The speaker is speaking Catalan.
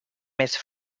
més